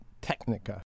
Technica